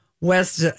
west